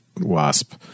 wasp